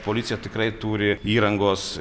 policija tikrai turi įrangos